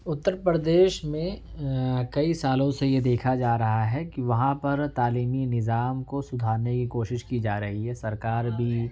اتر پردیش میں کئی سالوں سے یہ دیکھا جا رہا ہے کہ وہاں پر تعلیمی نظام کو سدھارنے کی کوشش کی جا رہی ہے سرکار بھی